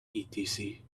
etc